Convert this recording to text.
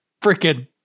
freaking